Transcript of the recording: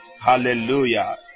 Hallelujah